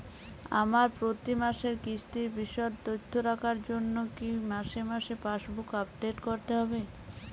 আমার প্রতি মাসের কিস্তির বিশদ তথ্য রাখার জন্য কি মাসে মাসে পাসবুক আপডেট করতে হবে?